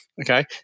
Okay